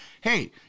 hey